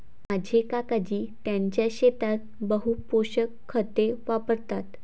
माझे काकाजी त्यांच्या शेतात बहु पोषक खते वापरतात